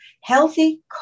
healthy